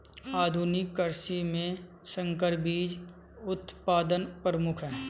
आधुनिक कृषि में संकर बीज उत्पादन प्रमुख है